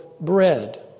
Bread